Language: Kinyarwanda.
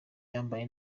yambaye